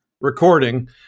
recording